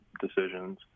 decisions